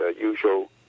usual